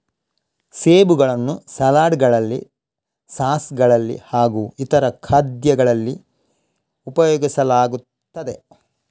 ಸೇಬುಗಳನ್ನು ಸಲಾಡ್ ಗಳಲ್ಲಿ ಸಾಸ್ ಗಳಲ್ಲಿ ಹಾಗೂ ಇತರ ಖಾದ್ಯಗಳಲ್ಲಿ ಉಪಯೋಗಿಸಲಾಗುತ್ತದೆ